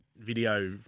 video